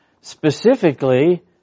Specifically